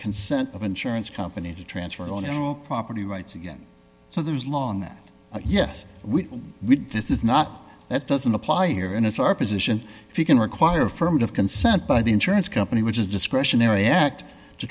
consent of insurance company to transfer only no property rights again so there's a law on that yes we would this is not that doesn't apply here and it's our position if you can require affirmative consent by the insurance company which is a discretionary act to